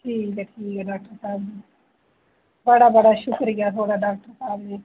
ठीक ऐ ठीक ऐ बड़ा बड़ा शुक्रिया थुआढ़ा डाक्टर साहब जी